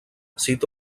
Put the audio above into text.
cita